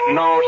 no